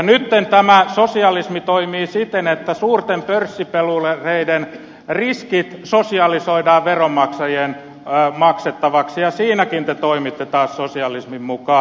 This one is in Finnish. nytten tämä sosialismi toimii siten että suurten pörssipelureiden riskit sosialisoidaan veronmaksajien maksettavaksi ja siinäkin te toimitte taas sosialismin mukaan